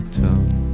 tongue